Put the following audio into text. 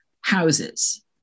houses